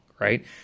right